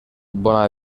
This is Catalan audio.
bon